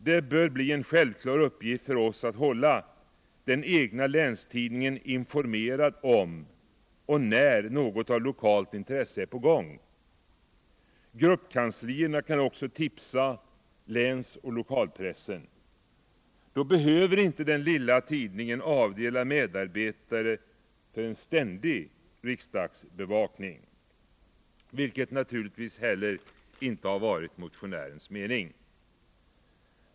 Det bör bli en självklar uppgift för oss att hålla den egna länstidningen informerad om och när något av lokalt intresse är på gång. Gruppkanslierna kan också tipsa länsoch lokalpressen. Då behöver inte den lilla tidningen avdela medarbetare för en ständig riksdagsbevakning, vilket naturligtvis inte heller har varit motionärens mening.